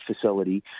facility